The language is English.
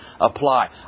apply